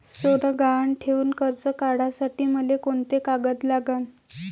सोनं गहान ठेऊन कर्ज काढासाठी मले कोंते कागद लागन?